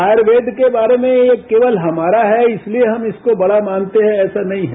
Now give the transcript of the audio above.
आयुर्वेद के बारे में यह केवल हमारा है इसलिए हम इसको बड़ा मानते हैं ऐसा नहीं है